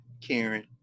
Karen